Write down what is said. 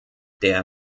der